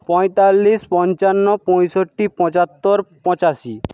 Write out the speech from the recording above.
পঁয়তাল্লিশ পঞ্চান্ন পঁয়ষট্টি পঁচাত্তর পঁচাশি